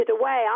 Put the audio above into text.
away